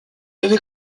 avait